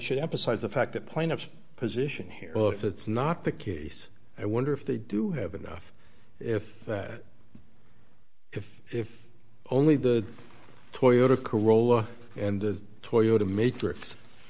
should emphasize the fact that plaintiff's position here well if it's not the case i wonder if they do have enough if if if only the toyotas carolled and toyota matrix